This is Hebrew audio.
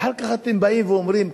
ואחר כך אתם באים ואומרים,